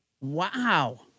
Wow